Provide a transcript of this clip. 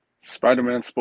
Spider-Man